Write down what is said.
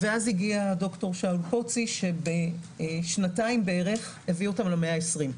ואז הגיע ד"ר שאול פוצי שבשנתיים בערך הביא אותם למאה ה-20.